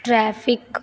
traffic